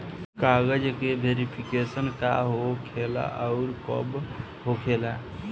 कागज के वेरिफिकेशन का हो खेला आउर कब होखेला?